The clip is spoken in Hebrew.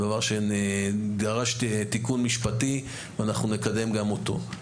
זה דבר שדרש תיקון משפטי ואנחנו נקדם גם אותו.